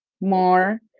more